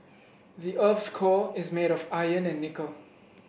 the earth's core is made of iron and nickel